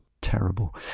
terrible